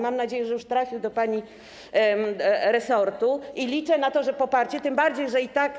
Mam nadzieję, że już trafił on do pani resortu i liczę na poparcie, tym bardziej że i tak.